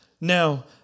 Now